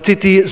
רציתי,